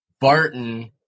Barton